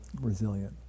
resilient